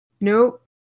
Nope